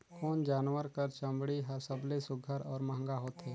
कोन जानवर कर चमड़ी हर सबले सुघ्घर और महंगा होथे?